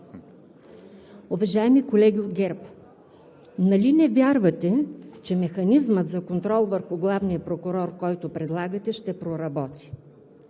Уважаеми колеги от ГЕРБ, нали не вярвате, че механизмът за контрол върху главния прокурор, който предлагате, ще проработи?